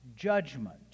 Judgment